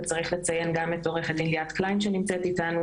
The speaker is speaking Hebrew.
וצריך לציין גם את עו"ד ליאת קליין שנמצאת איתנו,